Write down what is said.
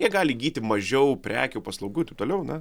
jie gali įgyti mažiau prekių paslaugų ir taip toliau na